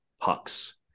pucks